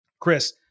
Chris